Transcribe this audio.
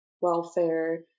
welfare